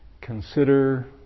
consider